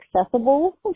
accessible